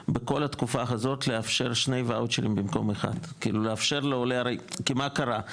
בכל התקופה הזאת לאפשר 2 וואוצ'רים במקום 1.כי מה קרה?